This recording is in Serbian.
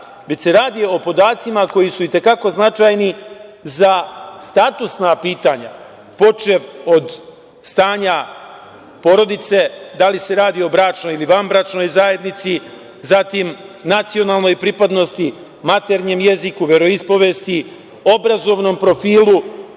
već se radi o podacima koji su i te kako značajni za statusna pitanja, počev od stanja porodice, da li se radi o bračnoj ili vanbračnoj zajednici, nacionalnoj pripadnosti, maternjem jeziku, veroispovesti, obrazovnom profilu,